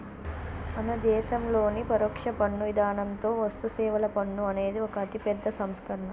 మన దేసంలోని పరొక్ష పన్ను ఇధానంతో వస్తుసేవల పన్ను అనేది ఒక అతిపెద్ద సంస్కరణ